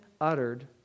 uttered